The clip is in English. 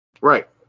Right